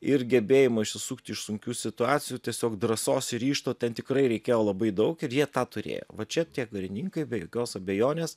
ir gebėjimo išsisukti iš sunkių situacijų tiesiog drąsos ir ryžto ten tikrai reikėjo labai daug ir jie tą turėjo va čia tie karininkai be jokios abejonės